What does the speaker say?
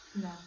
no